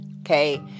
Okay